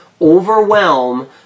overwhelm